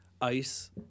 ice